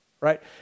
right